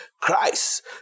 Christ